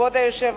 כבוד היושב-ראש,